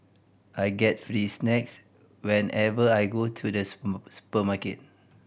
I get free snacks whenever I go to the supermarket